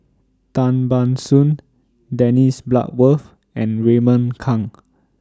Tan Ban Soon Dennis Bloodworth and Raymond Kang